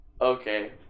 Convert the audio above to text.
okay